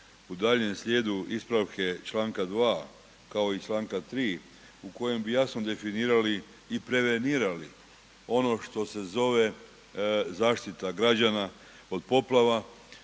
u daljnjem slijedu ispravke članka 2. kao i članka 3. u kojem bi jasno definirali i prevenirali ono što se zove zaštita građana od poplava,